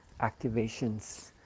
activations